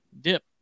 dip